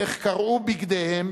איך קרעו בגדיהם